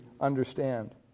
understand